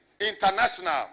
international